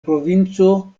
provinco